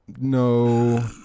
No